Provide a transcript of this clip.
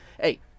hey